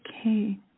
Okay